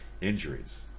injuries